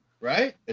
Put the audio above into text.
Right